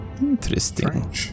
Interesting